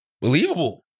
believable